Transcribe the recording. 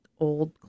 old